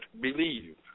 believe